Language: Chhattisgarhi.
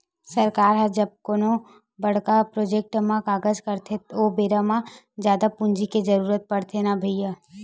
सरकार ह जब कोनो बड़का प्रोजेक्ट म कारज करथे ओ बेरा म जादा पूंजी के जरुरत पड़थे न भैइया